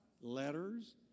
letters